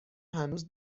هنوز